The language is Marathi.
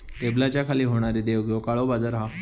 टेबलाच्या खाली होणारी देवघेव काळो बाजार हा